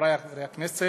חברי חברי הכנסת,